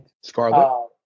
Scarlett